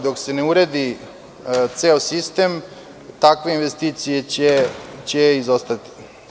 Dok se ne uradi ceo sistem, takve investicije će izostati.